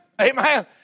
Amen